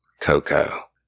Coco